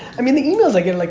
i mean the emails i get, like